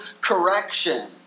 correction